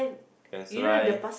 that's why